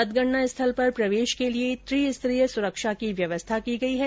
मतगणना स्थल पर प्रवेश के लिए त्रि स्तरीय सुरक्षा की व्यवस्था की गई है